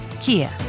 Kia